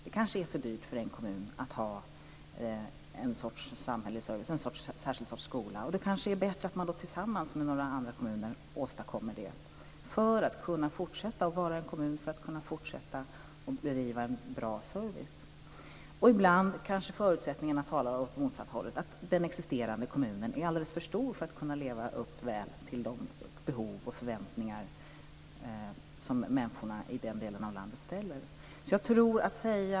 Det kanske är för dyrt för en kommun att ha en sorts samhällsservice, en särskild sorts skola. Det kanske är bättre att man då tillsammans med några andra kommuner åstadkommer detta, för att kunna fortsätta att vara en kommun, för att kunna fortsätta att bedriva en bra service. Ibland kanske förutsättningarna talar för att gå åt motsatt håll. Den existerande kommunen är alldeles för stor för att väl kunna leva upp till de behov och förväntningar som människorna i den delen av landet har.